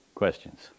Questions